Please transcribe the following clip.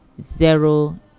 zero